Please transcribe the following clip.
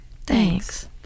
Thanks